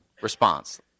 response